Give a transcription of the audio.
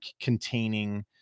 containing